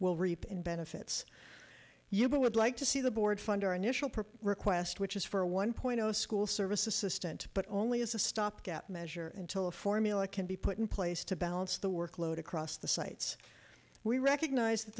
will reap in benefits you but would like to see the board fund our initial per request which is for a one point zero school service assistant but only as a stopgap measure until a formula can be put in place to balance the workload across the sites we recognise that